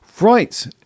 Right